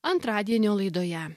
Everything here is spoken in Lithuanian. antradienio laidoje